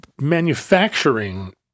manufacturing